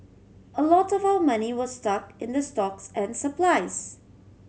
a lot of our money was stuck in the stocks and supplies